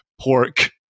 pork